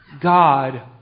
God